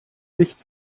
nicht